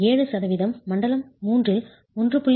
7 சதவீதம் மண்டலம் III இல் 1